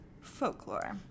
folklore